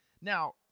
now